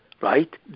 Right